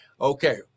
Okay